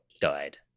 died